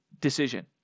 decision